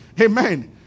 amen